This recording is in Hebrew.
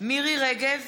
מירי רגב,